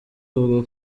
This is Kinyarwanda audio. avuga